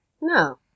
No